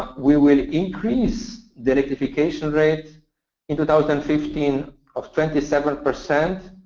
we will increase the electrification rate in two thousand and fifteen of twenty seven percent,